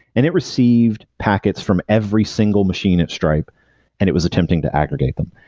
and it received packets from every single machine at stripe and it was attempting to aggregate them.